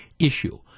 issue